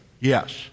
Yes